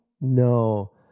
No